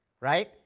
right